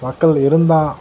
மக்கள் இருந்தான்